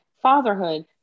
fatherhood